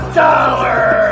dollar